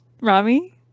Rami